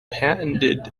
patented